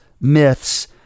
Myths